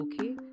okay